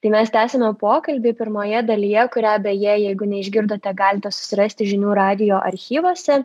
tai mes tęsiame pokalbį pirmoje dalyje kurią beje jeigu neišgirdote galite susirasti žinių radijo archyvuose